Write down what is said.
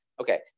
Okay